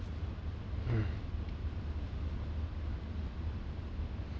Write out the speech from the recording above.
mm